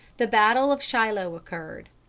the battle of shiloh occurred.